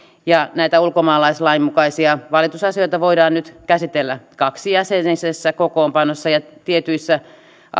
ja näitä ulkomaalaislain mukaisia valitusasioita voidaan nyt käsitellä kaksijäsenisessä kokoonpanossa ja tietyissä